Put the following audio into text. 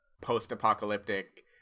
post-apocalyptic